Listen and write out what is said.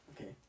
Okay